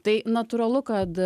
tai natūralu kad